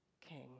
king